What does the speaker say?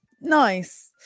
Nice